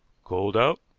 cold out?